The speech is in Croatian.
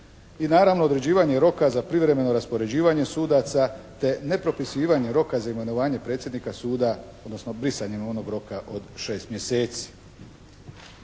i naravno određivanje roka za privremeno raspoređivanje sudaca te nepropisivanje roka za imenovanje predsjednika suda odnosno brisanjem onog roka od 6 mjeseci.